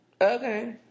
Okay